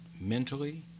mentally